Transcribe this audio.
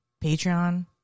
Patreon